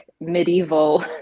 medieval